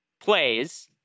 plays